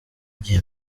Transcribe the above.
gihe